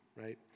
Right